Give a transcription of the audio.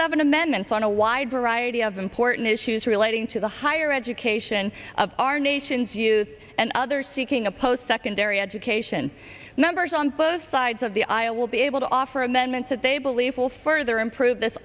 seven amendments on a wide variety of important issues relating to the higher education of our nation's youth and others seeking a post secondary education numbers on both sides of the aisle will be able to offer amendments that they believe will further improve this